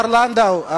השר לנדאו,